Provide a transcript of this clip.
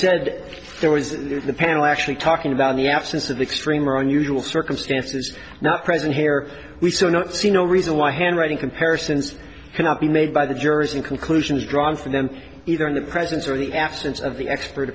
said there was a panel actually talking about the absence of extreme or unusual circumstances not present here we still don't see no reason why him rating comparisons cannot be made by the jury and conclusions drawn from them either in the presence or the absence of the expert